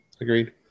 Agreed